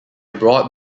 broad